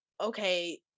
okay